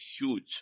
huge